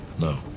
No